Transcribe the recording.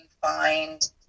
find